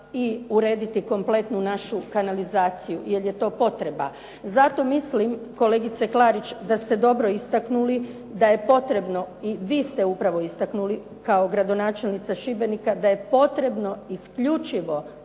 i urediti kompletnu našu kanalizaciju jer je to potreba. Zato mislim, kolegice Klarić, da ste dobro istaknuli da je potrebno i vi ste upravo istaknulo kao gradonačelnica Šibenika, da je potrebno isključivo,